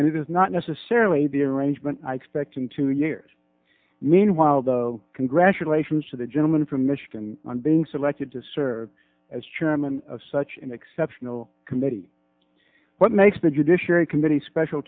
is not necessarily be arrangement i expect in two years meanwhile though congratulations to the gentleman from michigan on being selected to serve as chairman of such an exceptional committee what makes the judiciary committee special